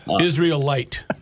Israelite